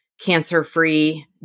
cancer-free